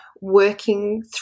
working